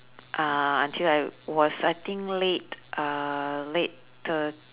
uh until I was I think late uh late thir~